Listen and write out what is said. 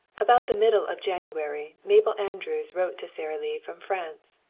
about the middle of january mabel andrews wrote to sara lee from france,